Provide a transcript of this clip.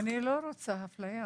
אני לא רוצה אפליה,